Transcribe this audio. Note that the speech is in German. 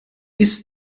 ist